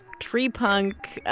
tree punk,